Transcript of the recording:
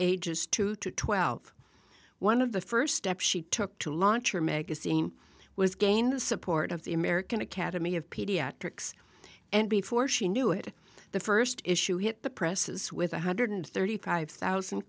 ages two to twelve one of the first step she took to launch her magazine was gain the support of the american academy of pediatrics and before she knew it the first issue hit the presses with one hundred thirty five thousand